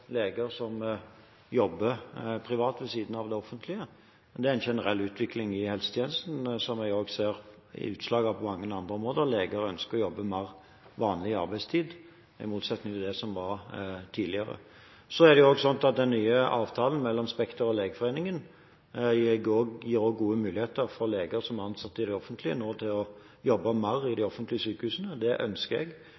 leger som jobber privat ved siden av det offentlige. Det er en generell utvikling i helsetjenesten som vi også ser utslag av på mange andre områder, leger ønsker å jobbe mer vanlig arbeidstid i motsetning til tidligere. Så er det også sånn at den nye avtalen mellom Spekter og Legeforeningen gir gode muligheter for leger som er ansatt i det offentlige, til nå å jobbe mer i de